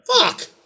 Fuck